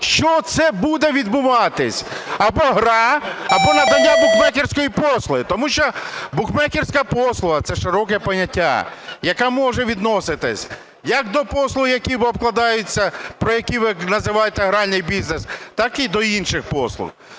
що це буде відбуватись: або гра, або надання букмекерської послуги. Тому що букмекерська послуга – це широке поняття, яке може відноситись як до послуги, які обкладаються, які ви називаєте "гральний бізнес", так і до інших послуг.